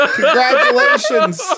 Congratulations